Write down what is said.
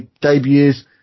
debuts